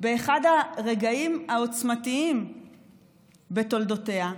באחד הרגעים העוצמתיים בתולדותיה,